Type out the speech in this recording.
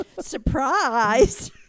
surprise